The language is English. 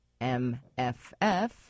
MFF